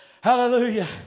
Hallelujah